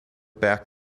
back